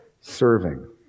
serving